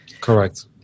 Correct